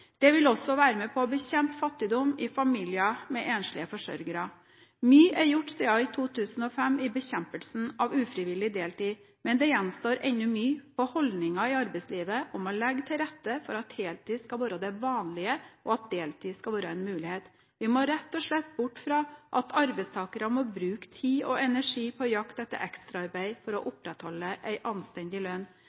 Det vil også være med på å bekjempe fattigdom i familier med enslige forsørgere. Mye er gjort siden 2005 i bekjempelsen av ufrivillig deltid, men det gjenstår enda mye på holdninger i arbeidslivet om å legge til rette for at heltid skal være det vanlige, og at deltid skal være en mulighet. Vi må rett og slett bort fra at arbeidstakere må bruke tid og energi på jakt etter ekstraarbeid for å opprettholde en anstendig lønn.